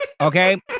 okay